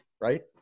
right